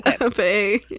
okay